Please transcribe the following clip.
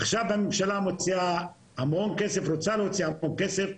עכשיו הממשלה רוצה להוציא המון כסף,